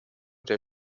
der